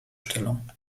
stellung